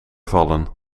vallen